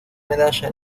medalla